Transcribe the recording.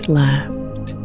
left